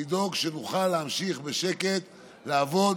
לדאוג שנוכל להמשיך בשקט לעבוד